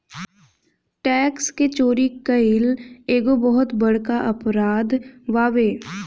tax के चोरी कईल एगो बहुत बड़का अपराध बावे